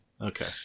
okay